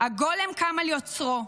הגולם קם על יוצרו.